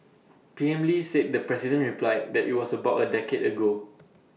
P M lee said the president replied that IT was about A decade ago